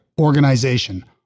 organization